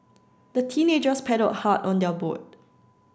the teenagers paddled hard on their boat